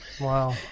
wow